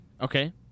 Okay